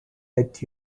let